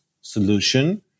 solution